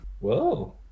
Whoa